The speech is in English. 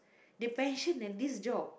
they pension at this job